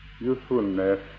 usefulness